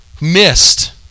missed